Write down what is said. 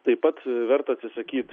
taip pat verta atsisakyt